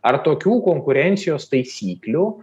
ar tokių konkurencijos taisyklių